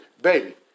baby